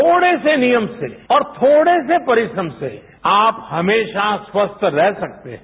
थोड़े से नियम से और थोड़े से परिश्रम से आप हमेशा स्वस्थ रह सकते हैं